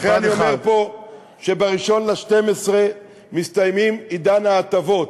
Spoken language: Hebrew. לכן אני אומר פה שב-1 בדצמבר מסתיים עידן ההטבות.